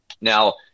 Now